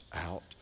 out